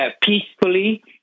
peacefully